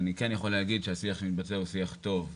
אני כן יכול להגיד שהשיח שמתבצע הוא שיח טוב.